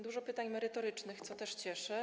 Dużo pytań merytorycznych, co też cieszy.